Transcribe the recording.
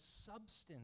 substance